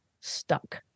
stuck